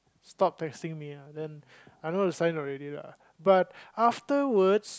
stop texting me lah then I know the sign already lah but afterwards